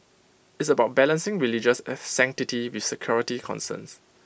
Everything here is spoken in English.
it's about balancing religious of sanctity with security concerns